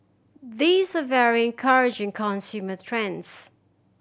these very encouraging consumers trends